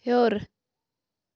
ہیوٚر